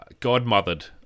*Godmothered*